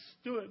stood